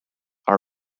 are